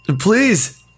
Please